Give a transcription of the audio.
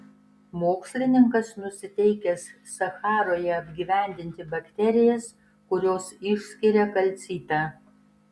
mokslininkas nusiteikęs sacharoje apgyvendinti bakterijas kurios išskiria kalcitą